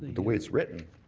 the way it's written,